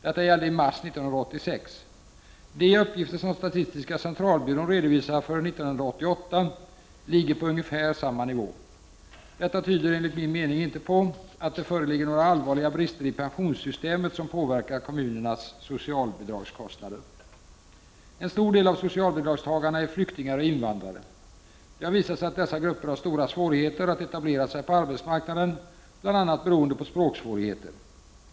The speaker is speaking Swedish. Detta gällde i mars 1986. De uppgifter som statistiska centralbyrån redovisar för år 1988 ligger på ungefär samma nivå. Detta tyder enligt min mening inte på att det föreligger några allvarliga brister i pensionssystemet som påverkar kommunernas socialbidragskostnader. En stor del av socialbidragstagarna är flyktingar och invandrare. Det har visat sig att dessa grupper har stora svårigheter att etablera sig på arbetsmarknaden, bl.a. beroende på språksvårigheter.